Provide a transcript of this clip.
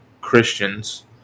Christians